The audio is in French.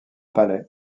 palais